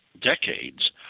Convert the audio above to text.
decades